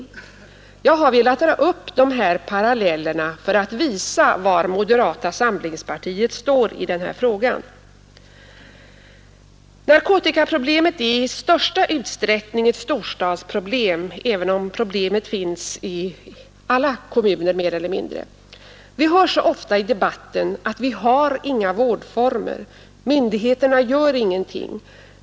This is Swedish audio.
Jag har velat dra upp dessa paralleller för att visa var moderata samlingspartiet står i denna fråga. Narkotikaproblemet är i stor utsträckning ett storstadsproblem, även om det finns mer eller mindre i alla kommuner. Vi hör så ofta i debatten att vi inte har några vårdformer, att myndigheterna inte gör någonting.